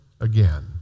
again